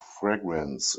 fragrance